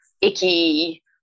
icky